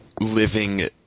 living